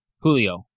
Julio